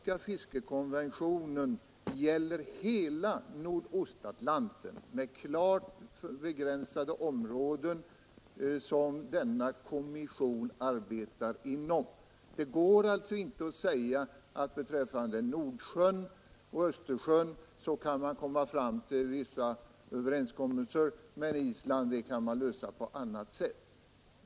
Konventionen gäller hela Nordostatlanten med klart avgränsade områden, som kommissionen arbetar inom. Det går alltså inte att säga att beträffande Nordsjön och Östersjön kan man komma fram till vissa överenskommelser, medan frågor som berör Island kan lösas på annat sätt.